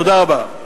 תודה רבה.